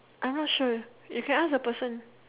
I'm not sure you can ask the person